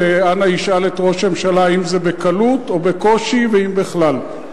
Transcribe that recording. ואנא ישאל את ראש הממשלה האם זה בקלות או בקושי והאם בכלל.